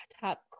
top